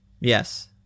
yes